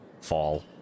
fall